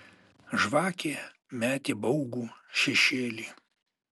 žvakė metė baugų šešėlį